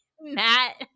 matt